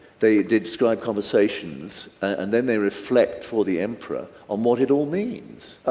they describe conversations and then they reflect for the emperor on what it all means!